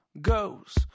goes